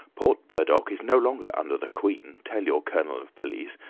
port burdock is no longer under the queen, tell your colonel of police,